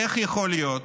איך יכול להיות,